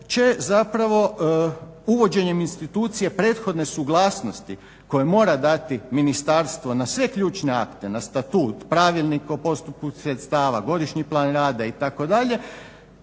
će zapravo uvođenjem institucije prethodne suglasnosti koje mora dati ministarstvo na sve ključne akte, na Statut, Pravilnik o postupku sredstava, Godišnji plan rada itd.,